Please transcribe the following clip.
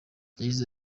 yagize